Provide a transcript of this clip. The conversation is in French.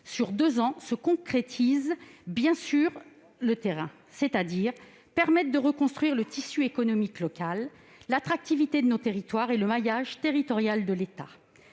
sur deux ans, se concrétise bien sur le terrain, c'est-à-dire permette de reconstruire le tissu économique local, l'attractivité de nos territoires et le maillage territorial de l'État.